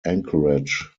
anchorage